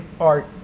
art